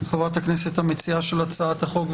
חברת הכנסת המציעה של הצעת החוק,